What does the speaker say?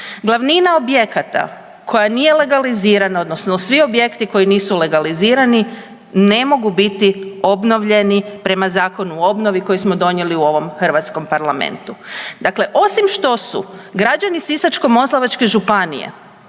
Glavnina objekata koja nije legalizirana odnosno svi objekti koji nisu legalizirani ne mogu biti obnovljeni prema Zakonu o obnovi koji smo donijeli u ovom Hrvatskom parlamentu. Dakle osim što su građani Sisačko-moslavačke županije